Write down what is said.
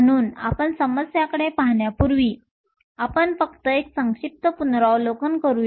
म्हणून आपण समस्यांकडे पाहण्यापूर्वी आपण फक्त एक संक्षिप्त पुनरावलोकन करूया